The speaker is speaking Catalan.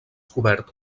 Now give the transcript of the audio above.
cobert